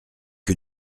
que